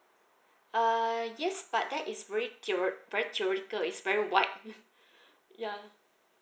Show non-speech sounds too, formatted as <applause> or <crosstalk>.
uh yes but that is very theore~ very theoretical it's very wide <laughs> ya